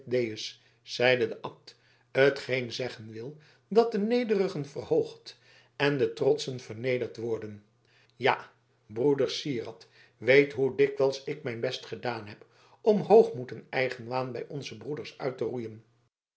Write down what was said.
de abt t geen zeggen wil dat de nederigen verhoogd en de trotschen vernederd worden ja broeder syard weet hoe dikwijls ik mijn best gedaan heb om hoogmoed en eigenwaan bij onze broeders uit te roeien